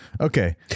Okay